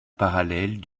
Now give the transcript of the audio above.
parallèle